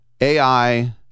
AI